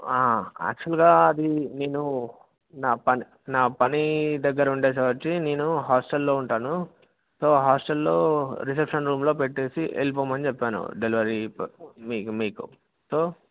యాక్చువల్గా అది నేను నా పని నా పని దగ్గర ఉండేసి వచ్చి నేను హాస్టల్లో ఉంటాను సో హాస్టల్లో రిసెప్షన్ రూంలో పెట్టేసి వెళ్ళిపోమని చెప్పాను డెలివరీ మీకు మీకు సో